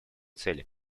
цели